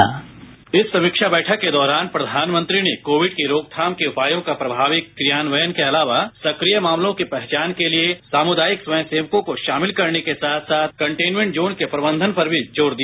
bite इस समीक्षा बैठक के दौरान प्रधानमंत्री ने कोविड की रोकथाम के उपायों का प्रभावी क्रियानवयन के अलावा सक्रिय मामलों के पहचान के लिए सामुदायिक स्वयंसेवकों को शामिल करने के साथ साथ कंटेनमेंट जोन के प्रबंधन पर भी जोर दिया